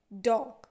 dog